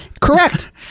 Correct